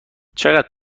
چقدر